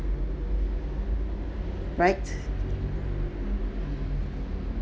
right